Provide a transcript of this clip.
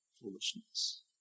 foolishness